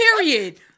Period